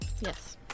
Yes